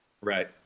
Right